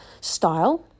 style